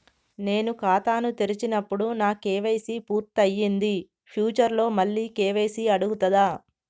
నేను ఖాతాను తెరిచినప్పుడు నా కే.వై.సీ పూర్తి అయ్యింది ఫ్యూచర్ లో మళ్ళీ కే.వై.సీ అడుగుతదా?